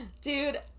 Dude